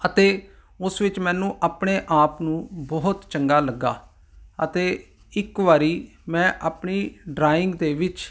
ਅਤੇ ਉਸ ਵਿੱਚ ਮੈਨੂੰ ਆਪਣੇ ਆਪ ਨੂੰ ਬਹੁਤ ਚੰਗਾ ਲੱਗਾ ਅਤੇ ਇੱਕ ਵਾਰ ਮੈਂ ਆਪਣੀ ਡਰਾਇੰਗ ਦੇ ਵਿੱਚ